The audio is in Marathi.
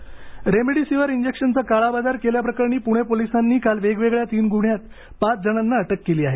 अटक रेमडेसीवीर इंजेक्शनचा काळाबाजार केल्याप्रकरणी पुणे पोलिसांनी काल वेगवेगळ्या तीन गुन्ह्यात पाच जणांना अटक केली आहे